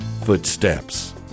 footsteps